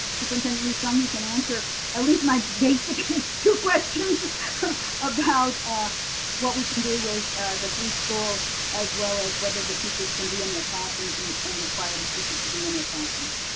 superintendent lee-sung you can answer at least my basic two questions about what we can do with the three schools, as well as whether the teachers can be in their classrooms and and require the teachers to be in their classrooms.